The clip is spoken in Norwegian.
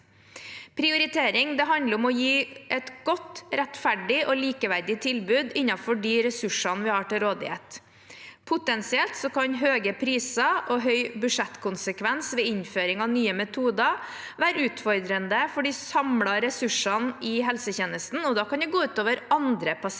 Prioritering handler om å gi et godt, rettferdig og likeverdig tilbud innenfor de ressursene vi har til rådighet. Potensielt kan høye priser og høy budsjettkonsekvens ved innføring av nye metoder være utfordrende for de samlede ressursene i helsetjenesten, og da kan det gå ut over andre pasienter.